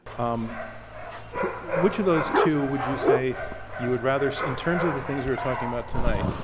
um which of those two would you say you would rather in terms of the things we were talking about tonight,